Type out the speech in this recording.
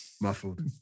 Muffled